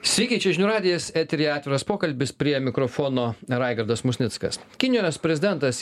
sveiki čia žinių radijas eteryje atviras pokalbis prie mikrofono raigardas musnickas kinijos prezidentas